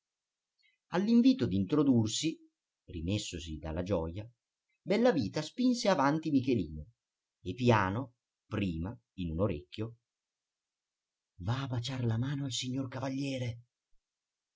lutto all'invito d'introdursi rimessosi dalla gioja bellavita spinse avanti michelino e piano prima in un orecchio va a baciar la mano al signor cavaliere